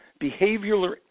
behavioral